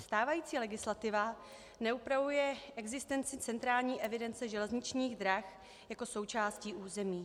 Stávající legislativa neupravuje existenci centrální evidence železničních drah jako součástí území.